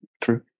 True